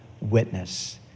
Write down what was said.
witness